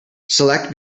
select